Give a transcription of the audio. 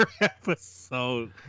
episode